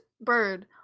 bird